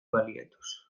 baliatuz